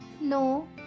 No